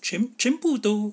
全全部都